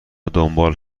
دنبال